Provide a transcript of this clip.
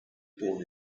born